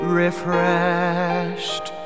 refreshed